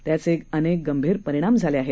त्याचे अनेक गंभीर परिणाम झाले आहेत